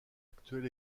actuel